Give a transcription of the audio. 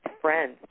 friends